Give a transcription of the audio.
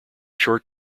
short